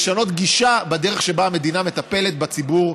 ולשנות גישה בדרך שבה המדינה מטפלת בציבור.